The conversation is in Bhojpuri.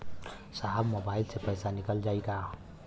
साहब मोबाइल से पैसा निकल जाला का?